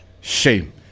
Shame